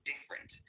different